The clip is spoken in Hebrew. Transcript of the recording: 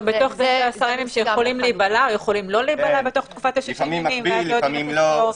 לפעמים מקביל, לפעמים לא.